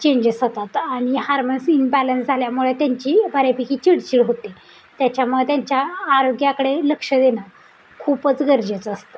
changes होतात आणि hormones imbalance झाल्यामुळे त्यांची बऱ्यापैकी चिडचिड होते त्याच्यामुळे त्यांच्या आरोग्याकडे लक्ष देणं खूपच गरजेचं असतं